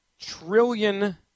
trillion